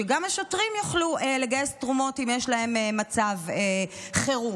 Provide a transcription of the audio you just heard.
שגם השוטרים יוכלו לגייס תרומות אם יש להם מצב חירום.